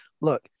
look